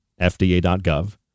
FDA.gov